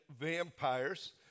vampires